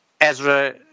Ezra